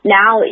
now